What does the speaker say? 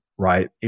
Right